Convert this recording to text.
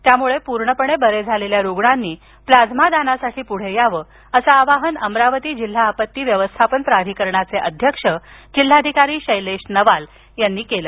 त्यामुळे पूर्णपणे बरे झालेल्या रूग्णांनी प्लाझ्मा दानासाठी पूढे यावं असं आवाहन अमरावती जिल्हा आपत्ती व्यवस्थापन प्राधिकरणाचे अध्यक्ष जिल्हाधिकारी शैलेश नवाल यांनी काल केलं